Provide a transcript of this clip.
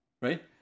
Right